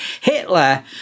Hitler